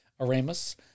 Aramis